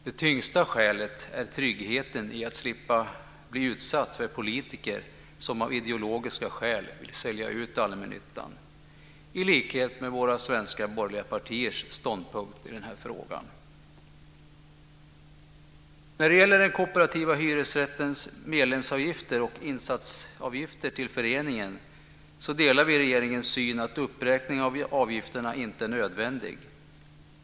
Det tyngsta skälet är tryggheten i att slippa bli utsatt för politiker som av ideologiska skäl vill sälja ut allmännyttan, i likhet med våra svenska borgerliga partiers ståndpunkt i den här frågan. När det gäller medlemsinsatser och insatsavgifter till föreningen för den kooperativa hyresrätten delar vi regeringens syn att uppräkningen av avgifterna inte är nödvändig.